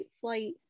flight